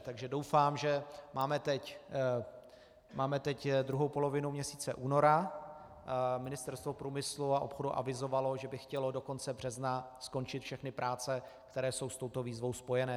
Takže doufám, že máme teď druhou polovinu měsíce února, Ministerstvo průmyslu a obchodu avizovalo, že by chtělo do konce března skončit všechny práce, které jsou s touto výzvou spojené.